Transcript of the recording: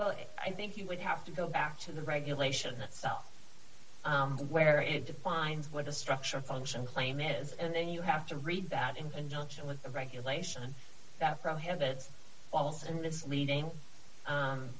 well i think you would have to go back to the regulation itself where it defines what a structure function claim is and then you have to read that in conjunction with a regulation that prohibits false and misleading